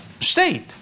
state